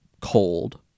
cold